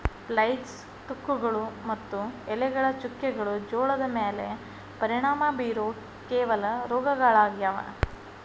blights, ತುಕ್ಕುಗಳು ಮತ್ತು ಎಲೆಗಳ ಚುಕ್ಕೆಗಳು ಜೋಳದ ಮ್ಯಾಲೆ ಪರಿಣಾಮ ಬೇರೋ ಕೆಲವ ರೋಗಗಳಾಗ್ಯಾವ